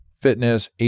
Fitness